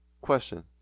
question